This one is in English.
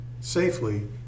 safely